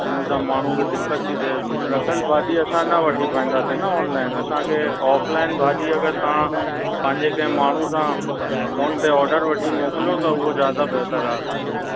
उन्हनि सां माण्हूअ खे दिक़त थी थिए रखियलु भाॼी असां न वठी पाईंदासे न ऑनलाइन असां खे ऑफ़लाइन भाॼी अगरि तव्हां पंहिंजे कंहिं माण्हू खां फ़ोन ते ऑर्डर वठी मोकिलियो त उहो ज्यादा बहितरु आहे असांजे लाइ